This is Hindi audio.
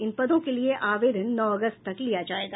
इन पदों के लिए आवेदन नौ अगस्त तक लिया जायेगा